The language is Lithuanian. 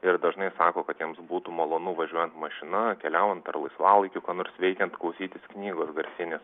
ir dažnai sako kad jiems būtų malonu važiuojant mašina keliaujant ar laisvalaikiu ką nors veikiant klausytis knygos garsinės